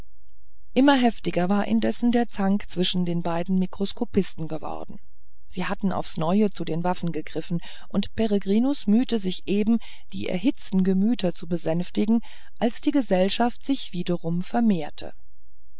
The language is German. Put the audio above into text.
immer heftiger war indessen der zank zwischen den beiden mikroskopisten geworden sie hatten aufs neue zu den waffen gegriffen und peregrinus mühte sich eben die erhitzten gemüter zu besänftigen als die gesellschaft sich wiederum vermehrte